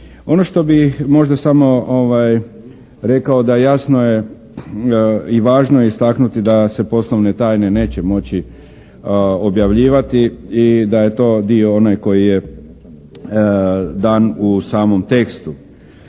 Ono što bih možda samo rekao da jasno je i važno je istaknuti da se poslovne tajne neće moći objavljivati i da je to dio onaj koji je dan u samom tekstu.